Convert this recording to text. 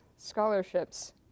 scholarships